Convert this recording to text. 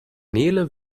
nele